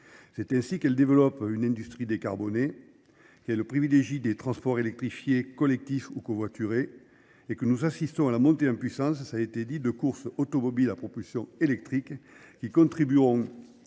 C'est ainsi qu'elle développe une industrie décarbonée qui a le privilégi des transports électrifiés collectifs ou covoiturés et que nous assistons à la montée en puissance, ça a été dit, de courses automobiles à propulsion électrique qui contribueront à leur tour à faire